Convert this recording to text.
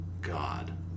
God